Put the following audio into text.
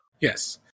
Yes